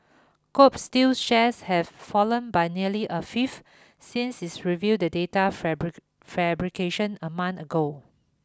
Kobe Steel's shares have fallen by nearly a fifth since is revealed the data fabric fabrication a month ago